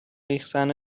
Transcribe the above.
ریختن